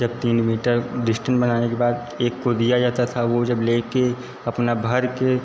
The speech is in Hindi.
जब तीन मीटर डिस्टेन बनाने के बाद एक को दिया जाता था वो जब लेके अपना भर के